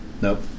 Nope